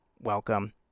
welcome